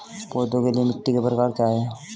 पौधों के लिए मिट्टी के प्रकार क्या हैं?